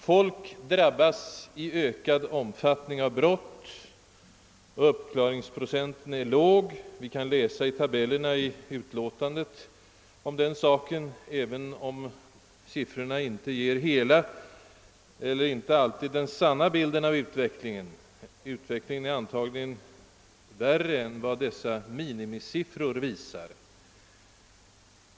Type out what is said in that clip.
Folk drabbas nu i ökad omfattning av brott och uppklaringsprocenten är låg. I utskottsutlåtandets tabeller kan vi läsa om detta, även om siffrörna i dessa inte alltid ger den sanna bilden av utvecklingen, eftersom denna antagligen är värre än vad dessa minimisiffror visar.